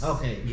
Okay